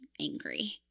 angry